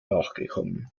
nachgekommen